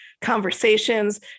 conversations